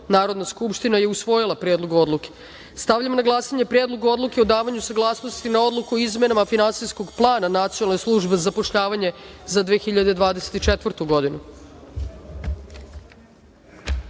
skupština usvojila je Predlog odluke. Stavljam na glasanje Predlog odluke o davanju saglasnosti na Odluku o izmenama Finansijskog plana Nacionalne službe za zapošljavanje za 2024.